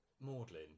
maudlin